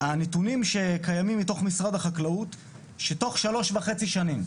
הנתונים שקיימים במשרד החקלאות שתוך שלוש וחצי שנים,